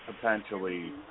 potentially